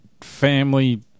family